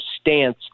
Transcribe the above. stance